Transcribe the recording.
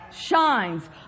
shines